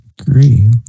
agree